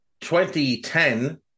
2010